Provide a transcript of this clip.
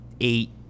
eight